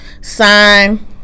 sign